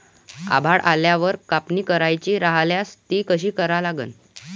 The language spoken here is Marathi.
आभाळ आल्यावर कापनी करायची राह्यल्यास ती कशी करा लागन?